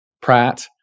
pratt